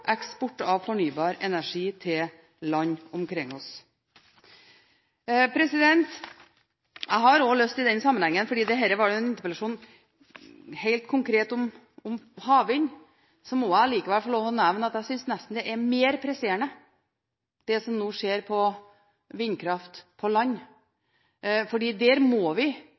eksport av fornybar energi til land omkring oss. Sjøl om dette er en interpellasjon helt konkret om havvind, må jeg likevel i denne sammenhengen få lov til å nevne at jeg nesten syns det som nå skjer med vindkraft på land, er mer presserende. Der må vi